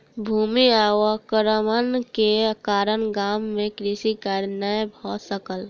भूमि अवक्रमण के कारण गाम मे कृषि कार्य नै भ सकल